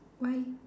why